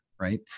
right